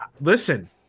listen